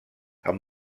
amb